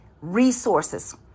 resources